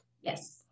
Yes